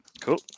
Cool